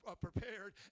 Prepared